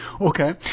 okay